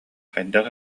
хайдах